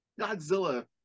godzilla